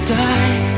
die